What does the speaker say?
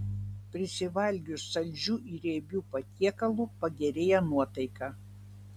prisivalgius saldžių ir riebių patiekalų pagerėja nuotaika